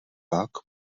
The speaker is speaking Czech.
pak